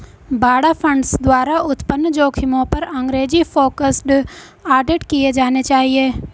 बाड़ा फंड्स द्वारा उत्पन्न जोखिमों पर अंग्रेजी फोकस्ड ऑडिट किए जाने चाहिए